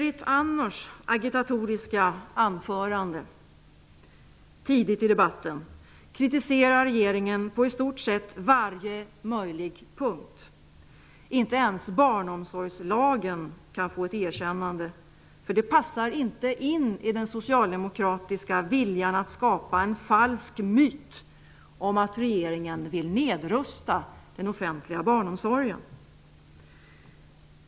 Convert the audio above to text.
I sitt agitatoriska anförande tidigt i debatten kritiserar Berit Andnor regeringen på i stort sett varje möjlig punkt. Inte ens barnomsorgslagen kan få ett erkännande -- det passar inte in i den socialdemokratiska viljan att skapa en falsk myt om att regeringen vill nedrusta den offentliga barnomsorgen.